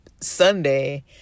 Sunday